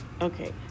Okay